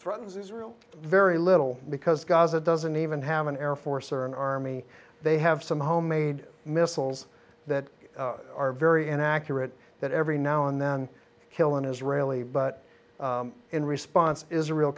threatens israel very little because gaza doesn't even have an air force or an army they have some homemade missiles that are very inaccurate that every now and then kill an israeli but in response is